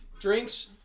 Drinks